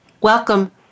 welcome